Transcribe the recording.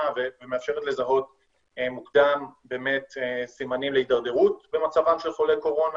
ומאפשרת לזהות מוקדם באמת סימנים להידרדרות במצבם של חולי קורונה,